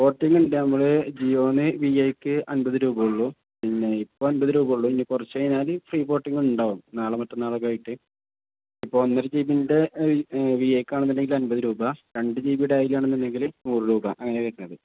പോർട്ടിങ്ങില്ല നമ്മൾ ജിയോന് വി എക്ക് അൻപത് രൂപ ഉള്ളൂ പിന്നെ ഇപ്പം അൻപത് രൂപ ഉള്ളൂ ഇനി കുറച്ചു കഴിഞ്ഞാൽ ഫ്രീ പോർട്ടിങ് ഉണ്ടാവകും നാളെ മറ്റന്നാളൊക്കെ ആയിട്ട് ഇപ്പോൾ ഒന്നര ജീ ബിൻ്റെ വി ഐക്കാണെന്നുണ്ടെങ്കിൽ അൻപത് രൂപ രണ്ട് ജി ബി ലാണെന്നുണ്ടെങ്കിൽ നൂറ് രൂപ അങ്ങനെ വെക്കുന്നത്